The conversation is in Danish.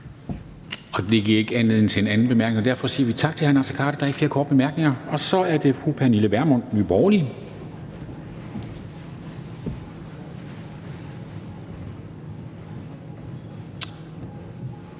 giver ikke anledning til en anden bemærkning. Derfor siger vi tak til hr. Naser Khader. Der er ikke flere korte bemærkninger. Så er det fru Pernille Vermund, Nye Borgerlige.